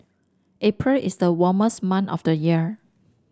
April is the warmest month of the year